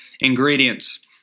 ingredients